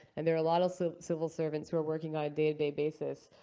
and there are a lot of so civil servants who are working ah day-to-day basis,